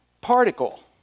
particle